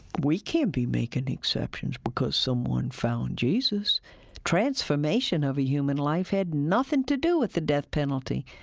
we can't be making exceptions because someone found jesus transformation of a human life had nothing to do with the death penalty.